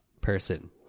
person